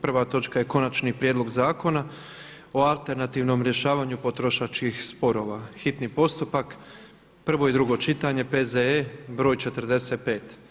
Prva točka je: - Konačni prijedlog Zakona o alternativnom rješavanju potrošačkih sporova, hitni postupak, prvo i drugo čitanje, P.Z.E br. 45.